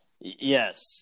Yes